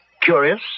Curious